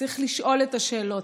צריך לשאול את השאלות,